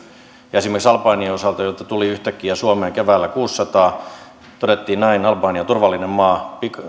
esimerkiksi albaanien osalta joita tuli yhtäkkiä kuuteensataan suomeen keväällä todettiin näin albania on turvallinen maa